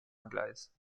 anglaise